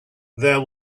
there